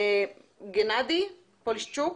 גנאדי פולישצ'וק,